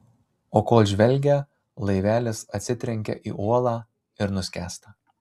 o kol žvelgia laivelis atsitrenkia į uolą ir nuskęsta